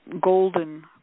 golden